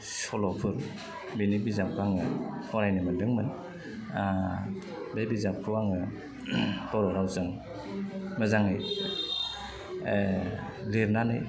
सल'फोर बिनि बिजाब आङो फरायनो मोन्दोंमोन बे बिजाबखौ आङो बर' रावजों मोजाङै लिरनानै